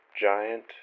Giant